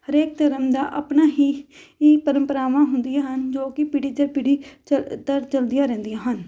ਹਰੇਕ ਧਰਮ ਦਾ ਆਪਣਾ ਹੀ ਪ੍ਰੰਪਰਾਵਾਂ ਹੁੰਦੀਆਂ ਹਨ ਜੋ ਕਿ ਪੀੜੀ ਦਰ ਪੀੜੀ ਚੱਲ ਚੱਲਦੀਆਂ ਰਹਿੰਦੀਆਂ ਹਨ